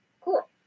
cool